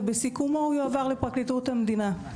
ובסיכומו הוא יועבר לפרקליטות המדינה.